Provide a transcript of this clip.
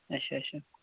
اَچھا اَچھا